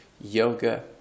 yoga